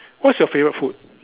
what's your favorite food